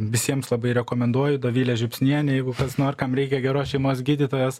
visiems labai rekomenduoju dovilė žiupsnienė jeigu kas kam reikia geros šeimos gydytojos